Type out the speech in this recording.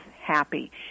happy